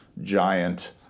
giant